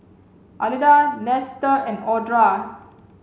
Alida Nestor and Audra